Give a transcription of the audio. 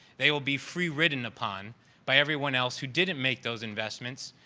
they will be free ridden upon by everyone else who didn't make those investments.